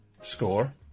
score